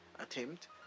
attempt